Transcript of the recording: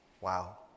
Wow